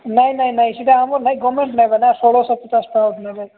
ନାଇଁ ନାଇଁ ନାଇଁ ସେଇଟା ଆମର ନାଇଁ ଗଭର୍ଣ୍ଣମେଣ୍ଟ୍ ନେବେ ନା ଷୋଳଶହ ପଚାଶ ଟଙ୍କା ନେବେ